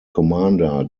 commander